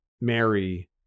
mary